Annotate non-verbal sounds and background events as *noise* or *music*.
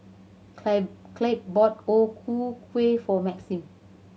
*unintelligible* Clabe bought O Ku Kueh for Maxim